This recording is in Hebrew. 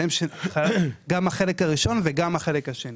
עליהם חל גם החלק הראשון וגם החלק השני.